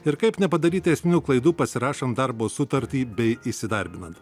ir kaip nepadaryti esminių klaidų pasirašant darbo sutartį bei įsidarbinant